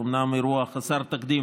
אומנם אירוע חסר תקדים